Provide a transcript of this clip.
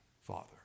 father